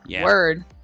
Word